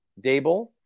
Dable